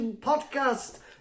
Podcast